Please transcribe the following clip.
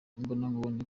imbonankubone